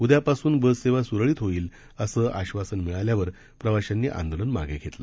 उद्यापासून बस सेवा सुरळीत होईल असं आश्वासन मिळाल्यावर प्रवाशांनी आंदोलन मागे घेतलं